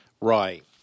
Right